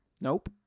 Nope